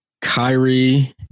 Kyrie